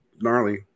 gnarly